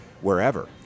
wherever